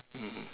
mmhmm